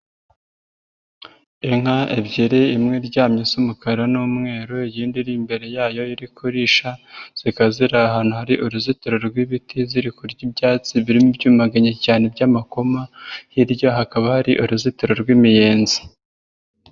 Inka ebyiri imwe iryamye isa umukara n'umweru, iyindi iri imbere yayo iri kurisha, zikaba ziri ahantu hari uruzitiro rw'ibiti, ziri kurya ibyatsi byumaganye cyane by'amakoma, hirya hakaba hari uruzitiro rw'imiyenzi.